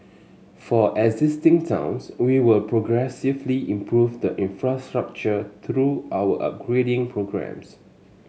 for existing towns we will progressively improve the infrastructure through our upgrading programmes